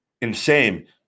insane